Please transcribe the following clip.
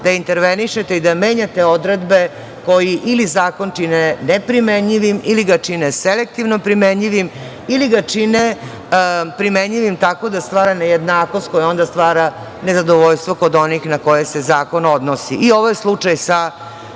da intervenišete i da menjate odredbe koje ili zakon čine neprimenjivim, ili ga čine selektivno primenjivim, ili ga čine primenjivim tako da stvara nejednakost koja onda stvara nezadovoljstvo kod onih na koje se zakon odnosi. I ovo je slučaj sa